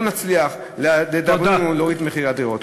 לא נצליח, לדאבוני, להוריד את מחירי הדירות.